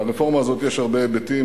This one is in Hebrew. לרפורמה הזאת יש הרבה היבטים.